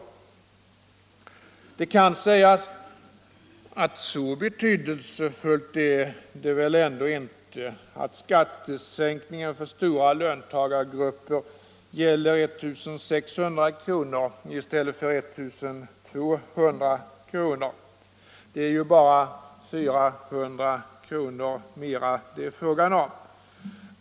Det kan sägas att så betydelsefullt är det väl ändå inte att skattesänkningen för stora löntagargrupper gäller 1 600 kr. i stället för 1 200 kr. Det är ju bara 400 kr. mer det är fråga om.